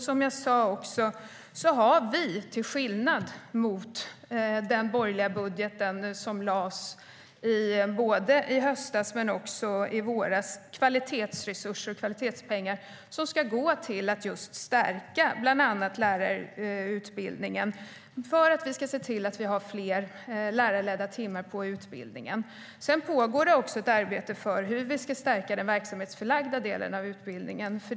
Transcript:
Som jag sa har vi till skillnad från den borgerliga budgeten, som lades både i höstas och i våras, kvalitetspengar som ska gå till att stärka bland annat lärarutbildningen så att vi kan se till att vi har fler lärarledda timmar på utbildningen. Sedan pågår det också ett arbete för hur vi ska stärka den verksamhetsförlagda delen av utbildningen.